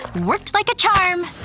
worked like a charm.